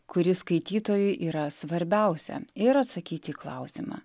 kuri skaitytojui yra svarbiausia ir atsakyti į klausimą